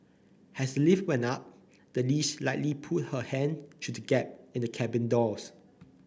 has the lift went up the leash likely pulled her hand through the gap in the cabin doors